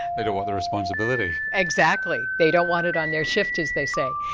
they don't want the responsibility. exactly. they don't want it on their shift, as they say.